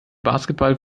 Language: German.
basketball